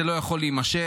זה לא יכול להימשך,